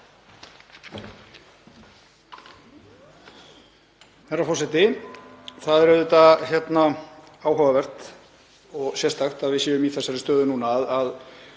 Það er auðvitað áhugavert og sérstakt að við séum í þessari stöðu núna að